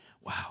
Wow